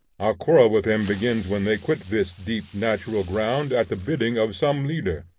our quarrel with them begins when they quit this deep natural ground at the bidding of some leader,